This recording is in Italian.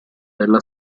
della